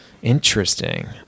Interesting